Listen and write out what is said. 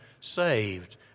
saved